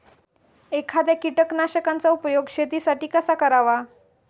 एखाद्या कीटकनाशकांचा उपयोग शेतीसाठी कसा करावा?